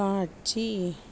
காட்சி